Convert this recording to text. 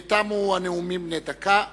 תמו הנאומים בני דקה.